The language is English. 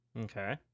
Okay